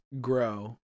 grow